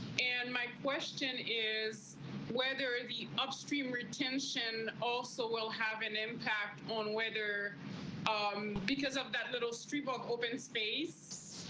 and my question is whether the upstream retention also will have an impact on whether i'm because of that little street book open space.